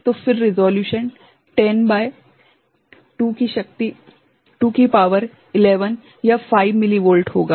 तो फिर रिसोल्यूशन 10 भागित 2 की शक्ति11 यह 5 मिलीवोल्ट होगा